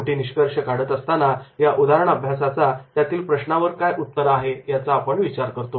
शेवटी निष्कर्ष काढत असताना या उदाहरण अभ्यासाचा त्यातील प्रश्नावर काय उत्तर आहे याचा आपण विचार करतो